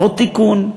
עוד תיקון,